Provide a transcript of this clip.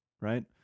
right